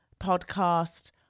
podcast